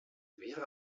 wäre